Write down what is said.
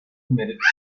committed